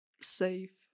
safe